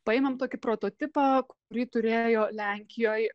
paėmėm tokį prototipą kurį turėjo lenkijoj